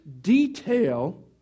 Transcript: detail